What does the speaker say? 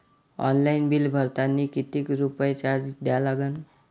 Online bill भरतानी कितीक रुपये चार्ज द्या लागन?